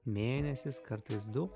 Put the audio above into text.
mėnesiais kartais du